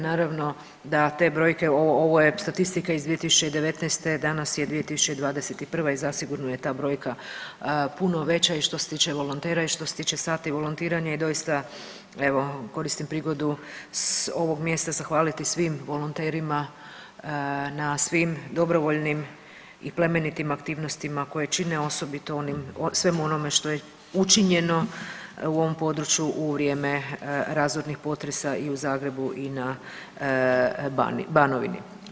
Naravno da te brojke, ovo je statistika iz 2019., danas je 2021. i zasigurno je ta brojka puno veća i što se tiče volontera i što se tiče sati volontiranja i doista evo koristim prigodu s ovog mjesta zahvaliti svim volonterima na svim dobrovoljnim i plemenitim aktivnostima koje čine osobito svemu onome što je učinjeno u ovom području u vrijeme razornih potresa i u Zagrebu i na Banovini.